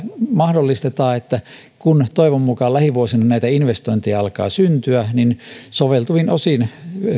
mahdollistetaan se että kun toivon mukaan lähivuosina näitä investointeja alkaa syntyä niin soveltuvin osin